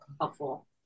helpful